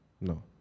No